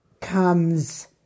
comes